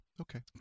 Okay